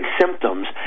symptoms